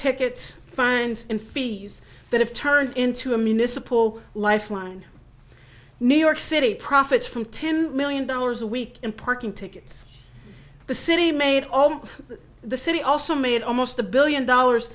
tickets fines and fees that have turned into a municipal lifeline new york city profits from ten million dollars a week in parking tickets the city made over the city also made almost a billion dollars